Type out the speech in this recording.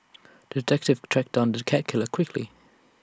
the detective tracked down the cat killer quickly